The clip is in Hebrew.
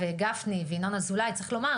גפני ויינון אזולאי צריך לומר,